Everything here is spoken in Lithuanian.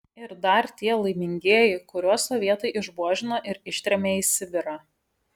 ir dar tie laimingieji kuriuos sovietai išbuožino ir ištrėmė į sibirą